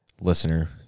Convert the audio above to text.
listener